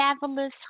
fabulous